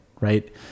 right